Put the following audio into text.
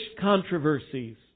controversies